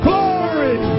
Glory